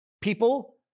people